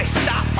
stop